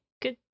good